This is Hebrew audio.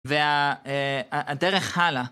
והדרך הלאה